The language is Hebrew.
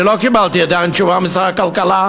אני לא קיבלתי עדיין תשובה משר הכלכלה,